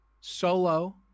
solo